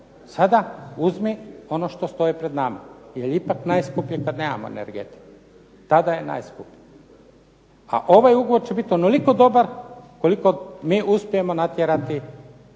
sada uzmi ono što stoji pred nama, jer je ipak najskuplje kad nemamo energetiku, tada je najskuplja. A ovaj ugovor će bit onoliko dobar koliko mi uspijemo natjerati